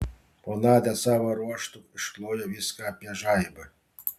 o nadia savo ruožtu išklojo viską apie žaibą